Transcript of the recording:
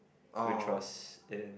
which was in